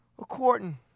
according